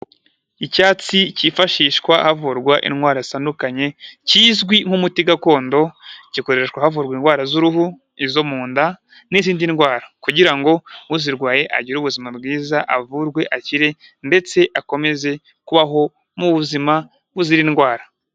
Icyatsi cyifashishwa havurwa indwara zitandukanye kizwi nk'umuti gakondo gikoreshwa havura indwara z'uruhu, izo mu nda n'izindi ndwara kugira ngo uzirwaye agire ubuzima bwiza avurwe akire ndetse akomeze kubaho mu buzima buzira indwara.